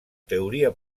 teoria